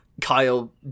kyle